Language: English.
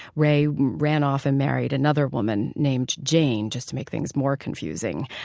ray ran off and married another woman named jane, just to make things more confusing.